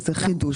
זה חידוש.